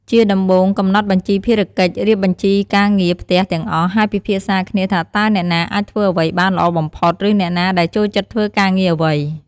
ជាដំបូង កំណត់បញ្ជីភារកិច្ច រៀបបញ្ជីការងារផ្ទះទាំងអស់ ហើយពិភាក្សាគ្នាថាតើអ្នកណាអាចធ្វើអ្វីបានល្អបំផុត ឬអ្នកណាដែលចូលចិត្តធ្វើការងារអ្វី។